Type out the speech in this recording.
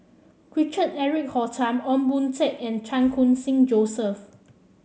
Richard Eric Holttum Ong Boon Tat and Chan Khun Sing Joseph